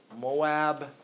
Moab